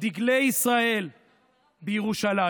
דגלי ישראל בירושלים.